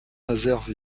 nazaire